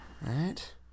Right